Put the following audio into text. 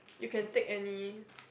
you can take any